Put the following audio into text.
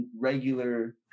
regular